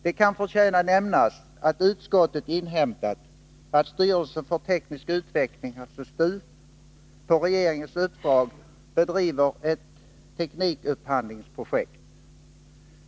Det kan förtjäna nämnas, att utskottet inhämtat att styrelsen för teknisk utveckling, STU, på regeringens uppdrag bedriver ett teknikupphandlingsprojekt.